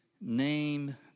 name